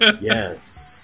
yes